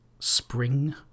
Spring